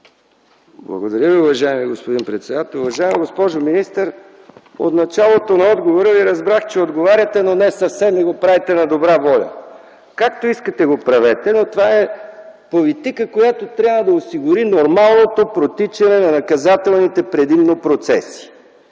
Благодаря Ви, уважаеми господин председател. Уважаема госпожо министър! От началото на отговора Ви разбрах, че отговаряте, но не съвсем, и го правите на добра воля. Както искате го правете, но това е политика, която трябва да осигури нормалното протичане на предимно наказателните процеси.